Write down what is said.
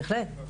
בהחלט.